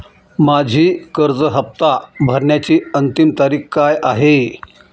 माझी कर्ज हफ्ता भरण्याची अंतिम तारीख काय आहे?